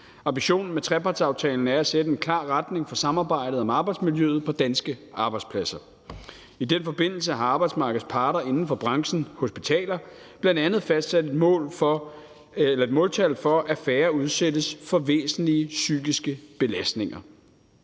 Ambitionen med trepartsaftalen er at sætte en klar retning for samarbejdet om arbejdsmiljøet på danske arbejdspladser. I den forbindelse har arbejdsmarkedets parter inden for branchen hospitaler bl.a. fastsat et måltal for, at færre udsættes for væsentlige psykiske belastninger.